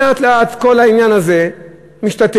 לאט-לאט כל העניין הזה משתתק,